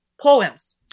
poems